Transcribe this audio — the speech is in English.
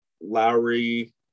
Lowry